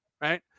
right